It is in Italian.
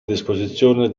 disposizione